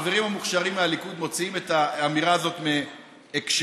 החברים המוכשרים מהליכוד מוציאים את המלה הזאת מהקשרה,